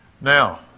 Now